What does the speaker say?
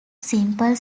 simple